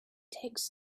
takes